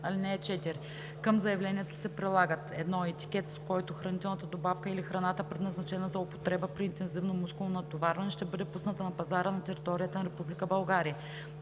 Към заявлението се прилагат: 1. етикет, с който хранителната добавка или храната, предназначена за употреба при интензивно мускулно натоварване, ще бъде пусната на пазара на територията на